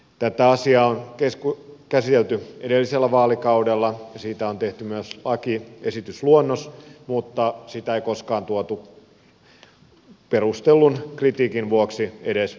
tätä asiaa on käsitelty edellisellä vaalikaudella ja siitä on tehty myös lakiesitysluonnos mutta sitä ei koskaan tuotu perustellun kritiikin vuoksi edes eduskuntaan asti